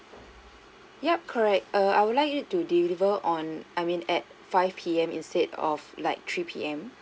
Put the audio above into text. yup correct err I would like it to deliver on I mean at five P_M instead of like three P_M